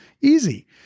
Easy